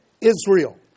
Israel